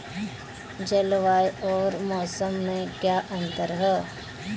जलवायु अउर मौसम में का अंतर ह?